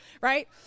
right